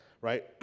right